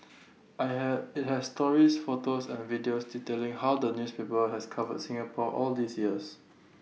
I have IT has stories photos and videos detailing how the newspaper has covered Singapore all these years